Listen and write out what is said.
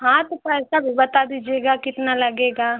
हाँ तो पैसा भी बता दीजिएगा कितना लगेगा